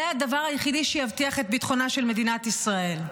זה הדבר היחידי שיבטיח את ביטחונה של מדינת ישראל.